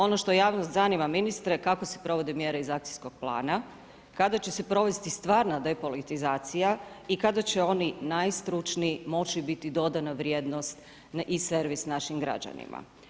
Ono što javnost zanima ministre, kako se provode mjere iz akcijskog plana, kada će se provesti stvarna depolitizacija i kada će oni, najstručniji moći biti dodana vrijednost i servis našim građanima.